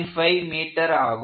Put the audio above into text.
5m ஆகும்